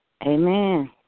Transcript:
Amen